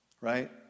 Right